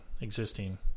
existing